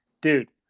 dude